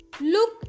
look